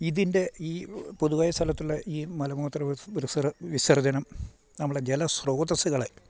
ഇതിൻ്റെ ഈ പൊതുവായ സ്ഥലത്തുള്ള ഈ മലമൂത്ര വിസർജ്ജനം നമ്മുടെ ജല ശ്രോതസ്സുകളെ